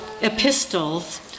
epistles